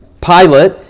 Pilate